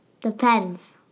Depends